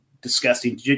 disgusting